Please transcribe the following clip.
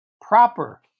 proper